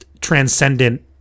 transcendent